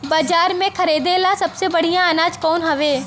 बाजार में खरदे ला सबसे बढ़ियां अनाज कवन हवे?